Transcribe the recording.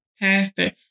pastor